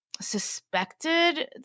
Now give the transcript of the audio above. suspected